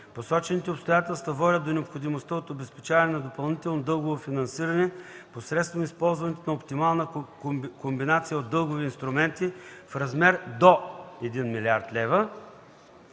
Посочените обстоятелства водят до необходимостта от обезпечаване на допълнително дългово финансиране посредством използването на оптимална комбинация от дългови инструменти в размер до 1,0 млрд. лв.